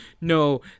No